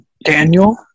Daniel